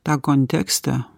tą kontekstą